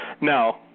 No